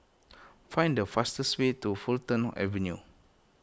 find the fastest way to Fulton Avenue